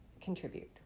contribute